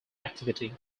activity